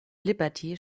liberty